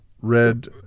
red